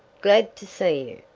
glad to see you.